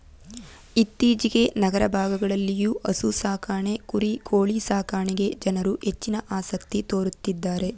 ಇತ್ತೀಚೆಗೆ ನಗರ ಭಾಗಗಳಲ್ಲಿಯೂ ಹಸು ಸಾಕಾಣೆ ಕುರಿ ಕೋಳಿ ಸಾಕಣೆಗೆ ಜನರು ಹೆಚ್ಚಿನ ಆಸಕ್ತಿ ತೋರುತ್ತಿದ್ದಾರೆ